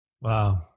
Wow